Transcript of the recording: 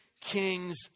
kings